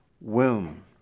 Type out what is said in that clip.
womb